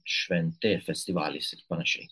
šventė festivalis ir panašiai